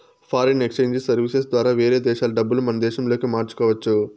foreign exchange services ద్వారా వేరే దేశాల డబ్బులు మన దేశంలోకి మార్చుకోవచ్చు